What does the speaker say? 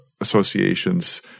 associations